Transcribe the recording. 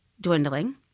dwindling